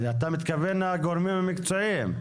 אתה מתכוון לגורמים המקצועיים.